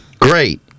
Great